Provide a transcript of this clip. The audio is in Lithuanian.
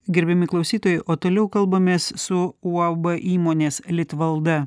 gerbiami klausytojai o toliau kalbamės su uab įmonės litvalda